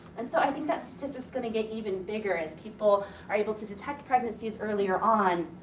and so, i think that statistic is gonna get even bigger as people are able to detect pregnancies earlier on,